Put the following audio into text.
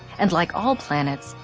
and like all planets,